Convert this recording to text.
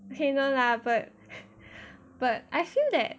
okay no lah but but I feel that